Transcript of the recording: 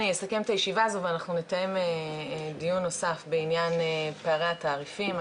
אני אסכם את הישיבה הזו ואנחנו נתאם דיון נוסף בעניין פערי התעריפים.